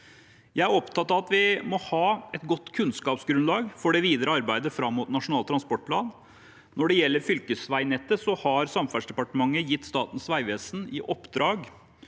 Jeg er opptatt av at vi må ha et godt kunnskapsgrunnlag for det videre arbeidet fram mot Nasjonal transportplan. Når det gjelder fylkesveinettet, har Samferdselsdepartementet gitt Statens vegvesen i oppdrag